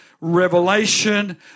revelation